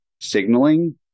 signaling